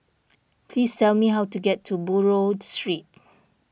please tell me how to get to Buroh Street